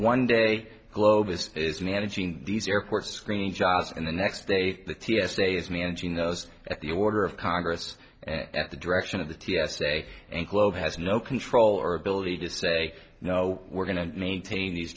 one day globus is managing these airport screening jobs and the next day the t s a is managing those at the order of congress at the direction of the t s a anglo has no control or ability to say no we're going to maintain these